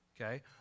okay